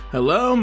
Hello